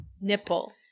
Nipple